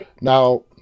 Now